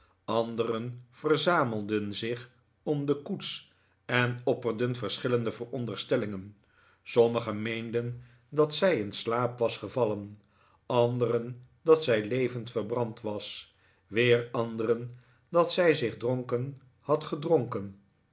anderen verzamelden zich om de koets en opperden verschillende veronderstellingen sommigen meenden dat zij in slaap was gevallen anderen dat zij levend verbrand was weer anderen dat zij zich dronken had gedronken